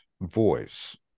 voice